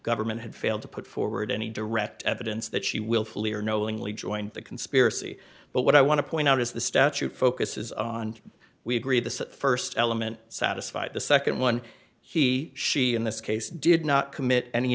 government had failed to put forward any direct evidence that she will flee or knowingly joined the conspiracy but what i want to point out is the statute focuses on we agree the st element satisfy the nd one he she in this case did not commit any